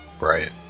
Right